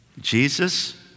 Jesus